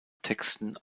texten